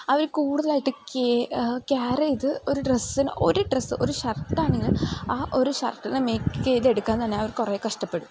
അവർ കൂടുതലായിട്ട് കേ കെയർ ചെയ്ത് ഒരു ഡ്രസ്സിന് ഒരു ഡ്രസ്സ് ഒരു ഷർട്ടാണെങ്കിൽ ആ ഒരു ഷർട്ടിനെ മേക്ക് ചെയ്തെടുക്കാൻ തന്നെ അവർ കുറേ കഷ്ടപ്പെടും